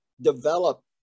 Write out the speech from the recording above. develop